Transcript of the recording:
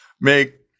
make